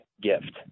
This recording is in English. gift